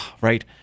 right